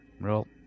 roll